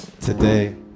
today